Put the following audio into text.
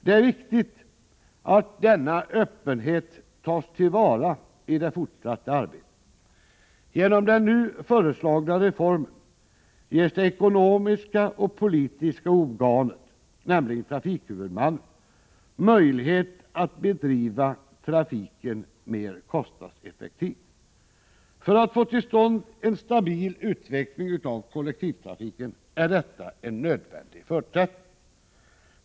Det är viktigt att denna öppenhet tas till vara i det fortsatta arbetet. Genom den nu föreslagna reformen ges det ekonomiska och politiska organet, nämligen trafikhuvudmannen, möjlighet att bedriva trafiken mera kostnadseffektivt. För att man skall få till stånd en stabil utveckling av kollektivtrafiken är detta en nödvändig förutsättning.